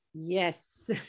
Yes